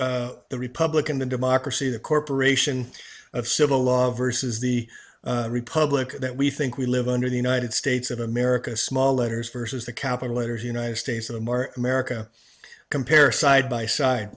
the republican the democracy the corporation of civil law versus the republic that we think we live under the united states of america small letters versus the capital letters united states of them are america compare side by side